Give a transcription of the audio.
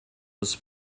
was